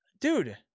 Dude